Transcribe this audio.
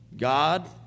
God